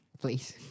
please